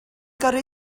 gyrru